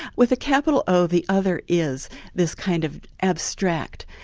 with a capital o, the other is this kind of abstract,